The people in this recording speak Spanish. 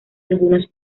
algunos